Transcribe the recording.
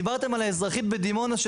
דיברתם על האזרחית בדימונה,